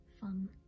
fun